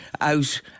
out